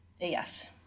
Yes